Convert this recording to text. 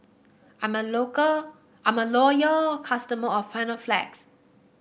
I'm a local I'm a loyal customer of Panaflex